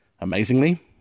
Amazingly